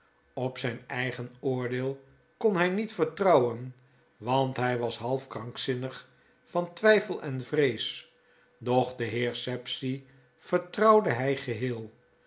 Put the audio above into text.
op zgn eigen oordeel kon hj niet vertrouwen want hy was half krankzinnig van twflfel en vrees doch den heer sapsea vertrouwde hy geheel